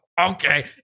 okay